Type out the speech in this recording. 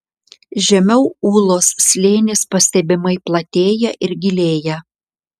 žemiau ūlos slėnis pastebimai platėja ir gilėja